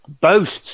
Boasts